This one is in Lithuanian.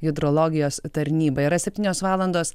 hidrologijos tarnyba yra septynios valandos